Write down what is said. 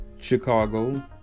Chicago